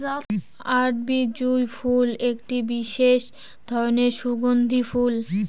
আরবি জুঁই ফুল একটি বিশেষ ধরনের সুগন্ধি ফুল